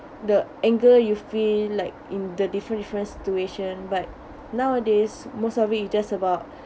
the anger you feel like in the different different situation but nowadays most of it is just about